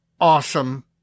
awesome